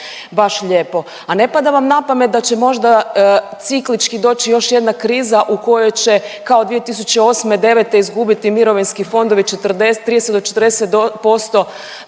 Baš lijepo, a ne pada vam na pamet da će možda ciklički doći još jedna kriza u kojoj će kao 2008., '09. izgubiti mirovinski fondovi 40, 30 do 40%